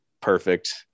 Perfect